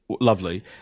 Lovely